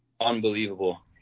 unbelievable